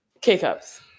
K-cups